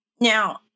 Now